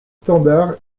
standard